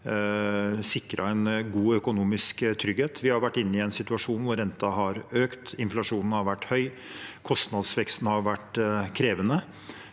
sikret en god økonomisk trygghet. Vi har vært i en situasjon hvor renten har økt, inflasjonen har vært høy og kostnadsveksten har vært krevende.